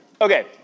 Okay